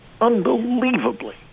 unbelievably